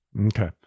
Okay